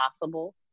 possible